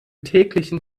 täglichen